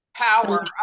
power